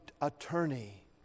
attorney